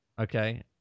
okay